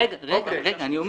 רגע, אני אומר.